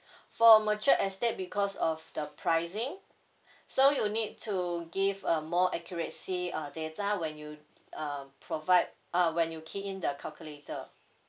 for mature estate because of the pricing so you need to give a more accuracy uh data when you uh provide uh when you key in the calculator